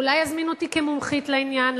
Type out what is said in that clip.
אולי יזמינו אותי כמומחית לעניין,